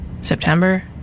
September